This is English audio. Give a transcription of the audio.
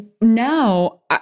now